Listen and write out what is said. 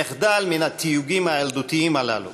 נחדל מהתיוגים הילדותיים הללו,